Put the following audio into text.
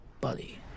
Buddy